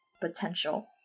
potential